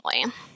family